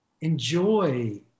enjoy